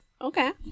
Okay